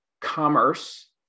commerce